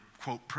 quote